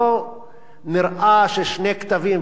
לא נראה שיש שני קטבים.